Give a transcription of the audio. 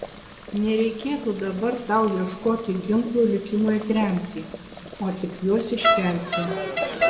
nereikėtų dabar tau ieškoti ginklų likimui atremti o tik juos iškelti